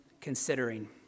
considering